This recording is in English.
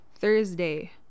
Thursday